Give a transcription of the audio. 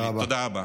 תודה רבה.